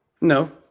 no